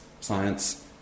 science